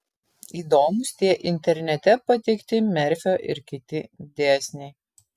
įdomūs tie internete pateikti merfio ir kiti dėsniai